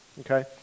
Okay